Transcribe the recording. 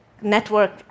network